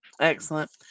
Excellent